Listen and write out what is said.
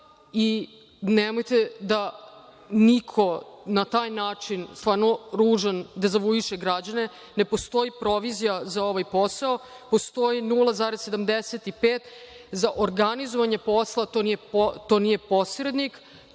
i nemojte da niko na taj način, stvarno ružan, dezavuiše građane. Ne postoji provizija za ovaj posao, postoji 0,75% za organizovanje posla. To nije posrednik,